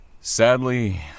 Sadly